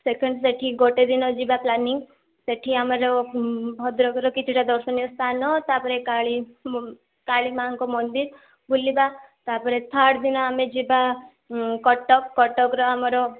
second ସେଠି ଗୋଟେ ଦିନ ଯିବା ପ୍ଲାନିଂ ସେଠି ଆମର ଭଦ୍ରକର କିଛିଟା ଦର୍ଶନୀୟ ସ୍ଥାନ ତା'ପରେ କାଳୀ କାଳୀ ମା'ଙ୍କ ମନ୍ଦିର ବୁଲିବା ତା'ପରେ ଥାର୍ଡ଼ ଦିନ ଆମେ ଯିବା କଟକ କଟକର ଆମର